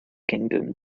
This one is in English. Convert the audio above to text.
kingdom